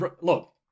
look